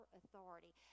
authority